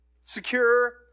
secure